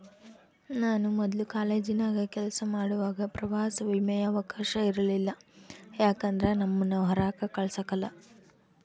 ನಾನು ಮೊದ್ಲು ಕಾಲೇಜಿನಾಗ ಕೆಲಸ ಮಾಡುವಾಗ ಪ್ರವಾಸ ವಿಮೆಯ ಅವಕಾಶವ ಇರಲಿಲ್ಲ ಯಾಕಂದ್ರ ನಮ್ಮುನ್ನ ಹೊರಾಕ ಕಳಸಕಲ್ಲ